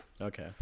Okay